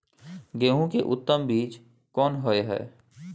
गेहूं के उत्तम बीज कोन होय है?